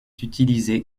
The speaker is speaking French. utilisé